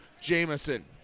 Jamison